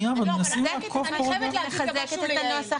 אנחנו מנסים לעקוב --- אני מחזקת את הנוסח